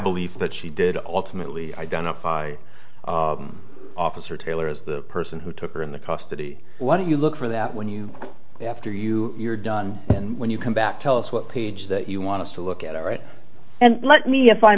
belief that she did ultimately identify officer taylor as the person who took her in the custody what do you look for that when you after you you're done and when you come back tell us what page that you want us to look at all right and let me if i